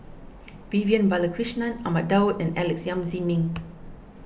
Vivian Balakrishnan Ahmad Daud and Alex Yam Ziming